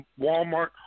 Walmart